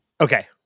Okay